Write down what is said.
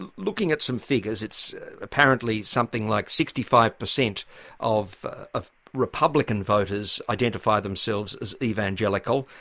and looking at some figures, it's apparently something like sixty five per cent of ah of republican voters identify themselves as evangelical,